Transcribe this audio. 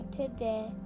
today